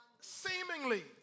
seemingly